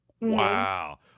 wow